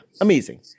amazing